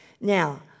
now